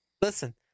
Listen